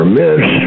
miss